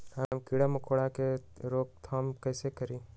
हम किरा मकोरा के रोक थाम कईसे करी?